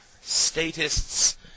Statists